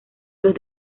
los